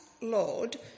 Lord